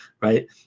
right